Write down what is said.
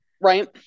right